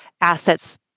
Assets